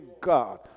God